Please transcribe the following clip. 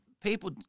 people